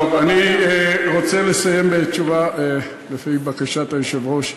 טוב, אני רוצה לסיים בתשובה, לפי בקשת היושב-ראש,